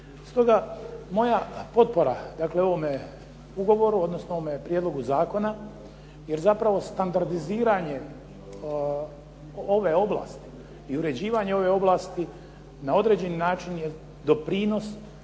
Stoga moja potpora ovom ugovoru, odnosno ovom prijedlogu zakona, jer zapravo standardiziranje ove ovlasti i uređivanje ove ovlasti na određeni način je doprinos